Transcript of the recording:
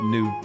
New